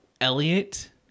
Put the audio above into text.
Elliot